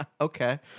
Okay